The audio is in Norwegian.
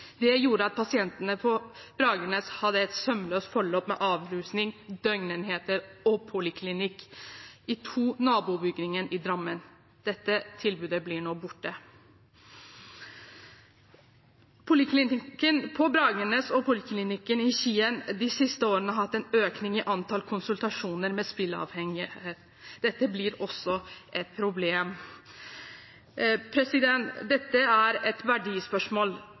Det gjorde at pasientene på Bragernes hadde et sømløst forløp med avrusning, døgnenheter og poliklinikk i to nabobygninger i Drammen. Dette tilbudet blir nå borte. Poliklinikken på Bragernes og poliklinikken i Skien har de siste årene hatt en økning i antall konsultasjoner med spillavhengige. Dette blir også et problem. Dette er et verdispørsmål: